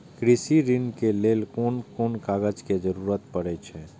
कृषि ऋण के लेल कोन कोन कागज के जरुरत परे छै?